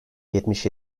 yetmiş